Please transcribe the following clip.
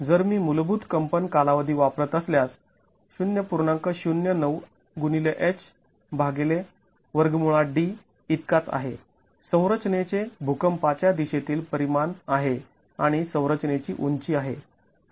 जर मी मूलभूत कंपन कालावधी वापरत असल्यास इतकाच आहे संरचनेचे भुकंपाच्या दिशेतील परिमाण आहे आणि संरचनेची उंची आहे